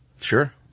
Sure